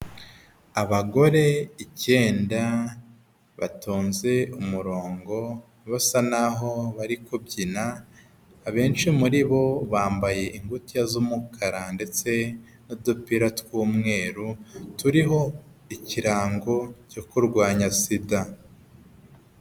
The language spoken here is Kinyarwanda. Abagore icyenda batonze umurongo basa naho bari kubyina, abenshi muri bo bambaye ingutiya z'umukara ndetse n'udupira tw'umweru turiho ikirango cyo kurwanya sida.